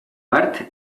bart